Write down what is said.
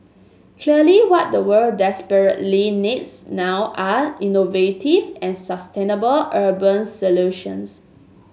clearly what the world desperately needs now are innovative and sustainable urban solutions